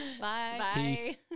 Bye